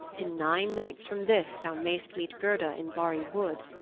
in nine nights from this thou mayst meet gerda in barri wood,